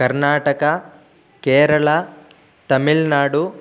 Karnataka Kerala Tamil Nadu